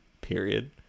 period